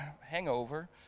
hangover